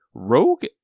Rogue